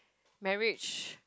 marriage